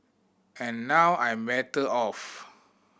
and now I'm better off